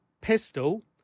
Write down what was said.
Pistol